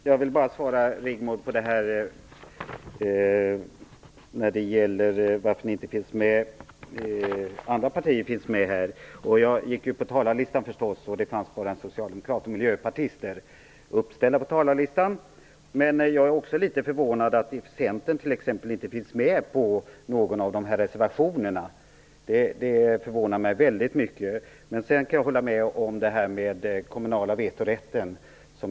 Herr talman! Jag vill svara Rigmor Ahlstedt på det som hon sade om att andra partier inte finns med i detta sammanhang. När jag tittade på talarlistan fanns det bara en socialdemokrat och miljöpartister uppsatta på talarlistan. Men jag är också förvånad över att t.ex. Centern inte finns med på någon av dessa reservationer. Jag kan hålla med om det som sades om den kommunala vetorätten.